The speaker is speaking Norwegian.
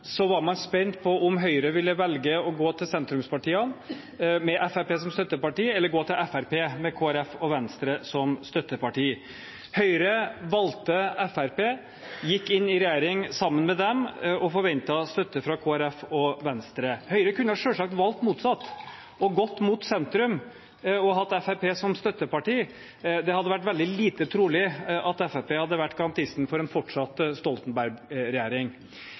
var man spent på om Høyre ville velge å gå til sentrumspartiene med Fremskrittspartiet som støtteparti eller gå til Fremskrittspartiet med Kristelig Folkeparti og Venstre som støtteparti. Høyre valgte Fremskrittspartiet, gikk inn i regjering sammen med dem og forventet støtte fra Kristelig Folkeparti og Venstre. Høyre kunne selvsagt valgt motsatt, gått mot sentrum og hatt Fremskrittspartiet som støtteparti. Det hadde vært lite trolig at Fremskrittspartiet hadde vært garantisten for en fortsatt